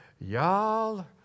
y'all